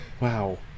wow